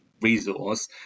resource